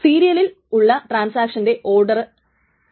സീരിയലിൽ ഉള്ള ട്രാൻസാക്ഷനിന്റെ ഓർഡർ സീരിയലൈസ്ഡ് ആണ്